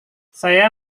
saya